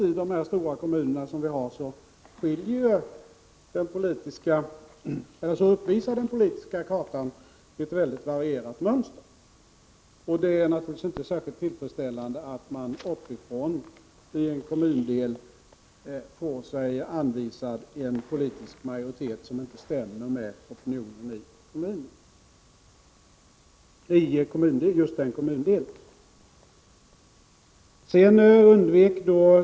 I de stora kommunerna uppvisar den politiska kartan ett mycket varierat mönster — det vet vi. Det är naturligtvis inte särskilt tillfredsställande att en kommundelsnämnd uppifrån får sig anvisad en politisk majoritet som inte stämmer med den politiska majoriteten i kommundelen.